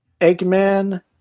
Eggman